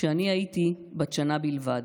כשאני הייתי בת שנה בלבד.